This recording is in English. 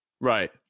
Right